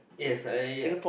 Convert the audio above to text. yes I